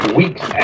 weeks